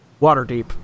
Waterdeep